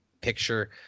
Picture